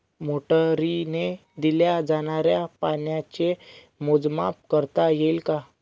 मोटरीने दिल्या जाणाऱ्या पाण्याचे मोजमाप करता येईल का?